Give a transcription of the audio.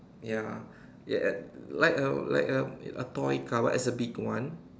ya at like a like a a toy car but it's a big one